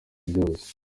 byose